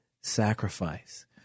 sacrifice